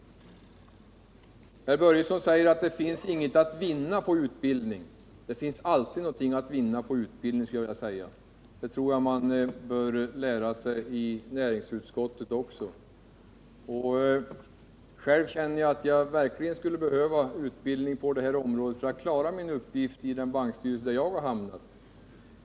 Herr Börjesson säger att det finns inget att vinna på utbildning. Det finns alltid någonting att vinna på utbildning, skulle jag vilja säga. Det tror jag man bör lära sig i näringsutskottet också. Själv känner jag att jag verkligen skulle behöva utbildning för att klara min uppgift i den bankstyrelse där jag har hamnat.